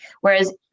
Whereas